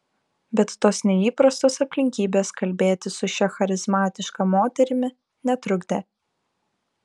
bet tos neįprastos aplinkybės kalbėtis su šia charizmatiška moterimi netrukdė